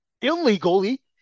illegally